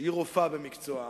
שהיא רופאה במקצועה,